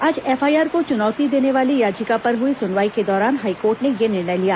आज एफआईआर को चुनौती देने वाली याचिका पर हई सुनवाई के दौरान हाईकोर्ट ने यह निर्णय लिया